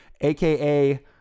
aka